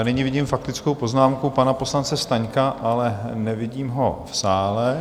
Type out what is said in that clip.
Nyní vidím faktickou poznámku pana poslance Staňka, ale nevidím ho v sále.